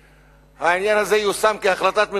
כשהעניין הזה יושם כהחלטת הממשלה,